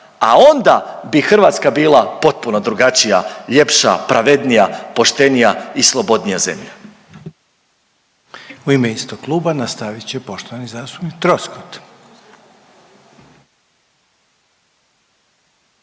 a onda bi Hrvatska bila potpuno drugačija, ljepša, pravednija, poštenija i slobodnija zemlja. **Reiner, Željko (HDZ)** U ime istog kluba, nastavit će poštovani zastupnik Troskot.